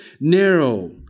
narrow